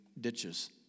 ditches